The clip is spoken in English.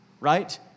right